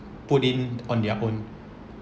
put in on their own